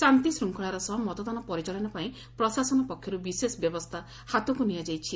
ଶାନ୍ତିଶୃଙ୍ଖଳାର ସହ ମତଦାନ ପରିଚାଳନା ପାଇଁ ପ୍ରଶାସନ ପକ୍ଷରୁ ବିଶେଷ ବ୍ୟବସ୍ରା ହାତକୁ ନିଆଯାଇଛି